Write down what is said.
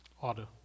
order